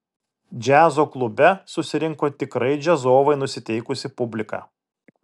džiazo klube susirinko tikrai džiazovai nusiteikusi publika